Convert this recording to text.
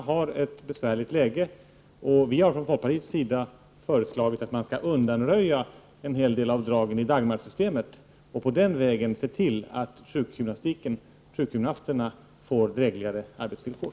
De har ett besvärligt läge, och vi har från folkpartiets sida föreslagit att man skall undanröja en hel del av dragen i Dagmarsystemet och på den vägen se till att sjukgymnasterna får drägligare arbetsvillkor.